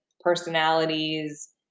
personalities